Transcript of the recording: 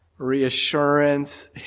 reassurance